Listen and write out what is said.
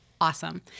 awesome